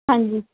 ਹਾਂਜੀ